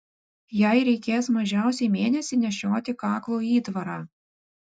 jai reikės mažiausiai mėnesį nešioti kaklo įtvarą